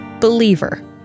believer